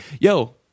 yo